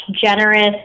generous